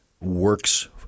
works